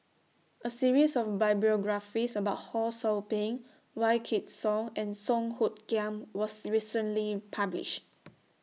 A series of biographies about Ho SOU Ping Wykidd Song and Song Hoot Kiam was recently published